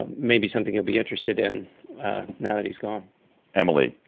um maybe something you'll be interested in now that he's gone emily?